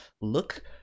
look